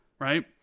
right